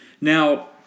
Now